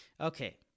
okay